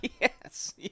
Yes